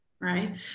right